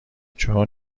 چون